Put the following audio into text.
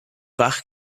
bach